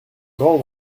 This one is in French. grand